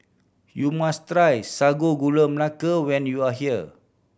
you must try Sago Gula Melaka when you are here